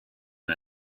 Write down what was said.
and